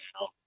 now